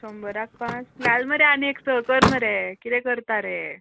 शंबराक पांच घाल मरे आनेक स कर मरे किदें करता रे